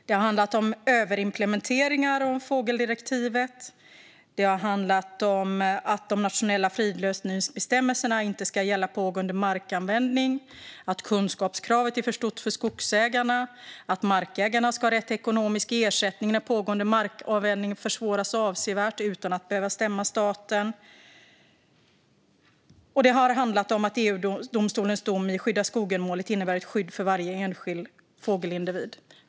Det har handlat om överimplementeringar av fågeldirektivet, om att de nationella fridslysningsbestämmelserna inte ska gälla pågående markanvändning, om att kunskapskravet är för stort för skogsägarna och om att markägarna ska ha rätt till ekonomisk ersättning när pågående markanvändning försvåras avsevärt utan att behöva stämma staten. Det har också handlat om att EU-domstolens dom i Skydda Skogen-målet innebär ett skydd för varje enskild fågelindivid.